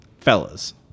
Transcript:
fellas